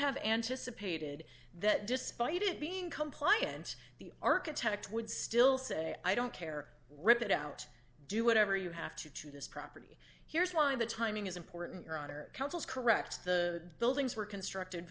have anticipated that despite it being compliant the architect would still say i don't care rip it out do whatever you have to to this property here's why the timing is important your honor counsel's correct the buildings were constructed